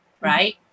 Right